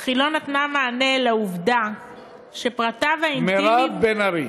אך היא לא נתנה מענה על העובדה שפרטיו האינטימיים מירב בן ארי,